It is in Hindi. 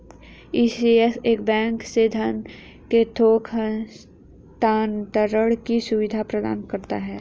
ई.सी.एस एक बैंक से धन के थोक हस्तांतरण की सुविधा प्रदान करता है